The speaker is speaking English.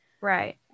right